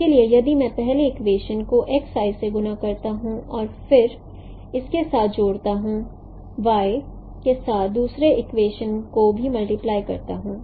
इसलिए यदि मैं पहले इक्वेशन को x i से गुणा करता हूं और फिर इसके साथ जोड़ता हूं और y के साथ दूसरे इक्वेशन को भी मल्टीप्लाई करता हूं